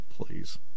please